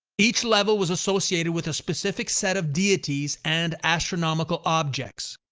each level was associated with a specific set of deities and astronomical objects.